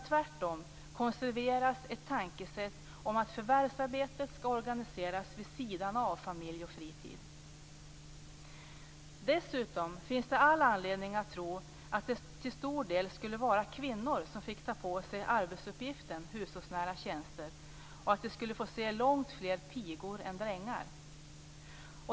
Tvärtom konserveras ett tankesätt om att förvärvsarbetet skall organiseras vid sidan av familj och fritid. Dessutom finns det all anledning att tro att det till stor del skulle vara kvinnor som fick ta på sig arbetsuppgiften "hushållsnära tjänster" och att man skulle få se långt fler pigor än drängar.